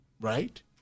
right